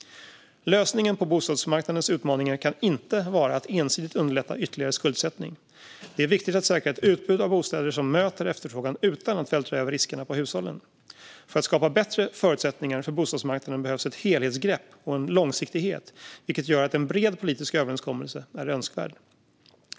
Lösningen på bostadsmarknadens utmaningar kan inte vara att ensidigt underlätta ytterligare skuldsättning. Det är viktigt att säkra ett utbud av bostäder som möter efterfrågan utan att vältra över riskerna på hushållen. För att skapa bättre förutsättningar för bostadsmarknaden behövs ett helhetsgrepp och en långsiktighet, vilket gör att en bred politisk överenskommelse är önskvärd.